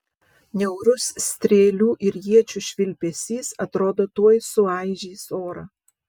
niaurus strėlių ir iečių švilpesys atrodo tuoj suaižys orą